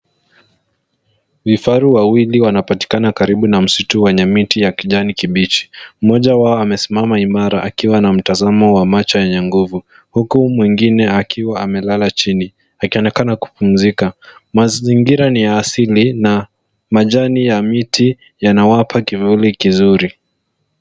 Vifaru wawili wanapatikana karibu na msitu wenye miti ya kijani kibichi. Mmoja wao amesimama imara akiwa na mtazamo wa macho yenye nguvu, huku mwingine akiwa amelala chini, akionekana kupumzika. Mazingira ni ya asili na majani ya miti yanawapa kivuli kizuri.